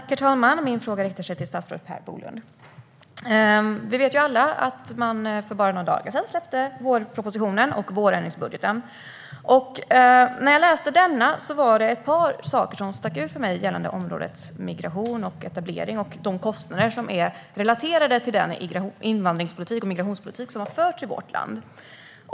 Herr talman! Min fråga riktar sig till statsrådet Per Bolund. Vi vet alla att man för bara några dagar sedan släppte vårpropositionen och vårändringsbudgeten. När jag läste denna var det ett par saker som stack ut för mig gällande området migration och etablering och de kostnader som är relaterade till den invandringspolitik och migrationspolitik som har förts i vårt land.